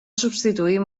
substituir